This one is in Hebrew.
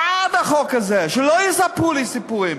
בעד החוק הזה, שלא יספרו לי סיפורים.